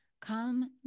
Come